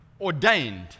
ordained